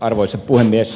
arvoisa puhemies